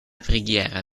preghiera